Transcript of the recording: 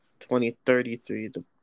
2033